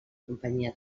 companyia